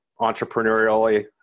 entrepreneurially